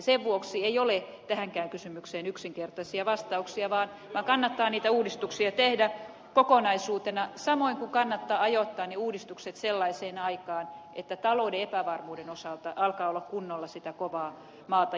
sen vuoksi ei ole tähänkään kysymykseen yksinkertaisia vastauksia vaan kannattaa niitä uudistuksia tehdä kokonaisuutena samoin kuin kannattaa ajoittaa ne uudistukset sellaiseen aikaan että talouden epävarmuuden osalta alkaa olla kunnolla sitä kovaa maata jalkojen alla